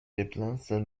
déplacent